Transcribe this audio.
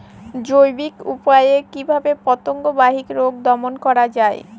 জৈবিক উপায়ে কিভাবে পতঙ্গ বাহিত রোগ দমন করা যায়?